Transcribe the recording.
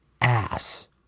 ass